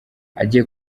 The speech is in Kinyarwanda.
agiye